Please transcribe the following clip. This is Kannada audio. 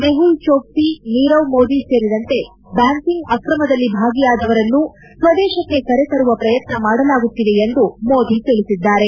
ಮೆಪುಲ್ ಜೋಕ್ಲಿ ನೀರವ್ ಮೋದಿ ಸೇರಿದಂತೆ ಬ್ಕಾಂಕಿಂಗ್ ಆಕ್ರಮದಲ್ಲಿ ಭಾಗಿಯಾದವರನ್ನು ಸ್ವದೇಶಕ್ಕೆ ಕರೆ ತರುವ ಪ್ರಯತ್ನ ಮಾಡಲಾಗುತ್ತಿದೆ ಎಂದು ಮೋದಿ ಹೇಳಿದ್ದಾರೆ